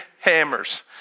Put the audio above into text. hammers